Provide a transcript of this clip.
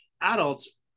adults